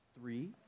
three